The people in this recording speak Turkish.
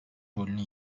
rolünü